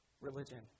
religion